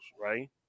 right